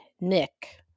Nick